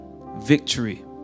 victory